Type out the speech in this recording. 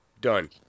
Done